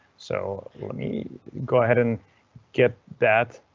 so me go ahead and get that.